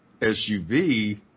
SUV